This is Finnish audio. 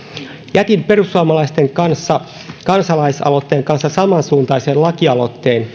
jätin perussuomalaisten kanssa kansalaisaloitteen kanssa samansuuntaisen lakialoitteen